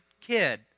kid